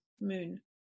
moon